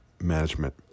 management